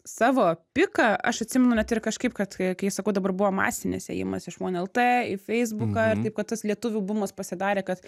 savo piką aš atsimenu net ir kažkaip kad kai sakau dabar buvo masinis ėjimas iš uon lt į feisbuką ir taip kad tas lietuvių bumas pasidarė kad